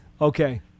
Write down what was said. Okay